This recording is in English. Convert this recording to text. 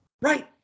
Right